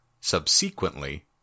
subsequently